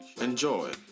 Enjoy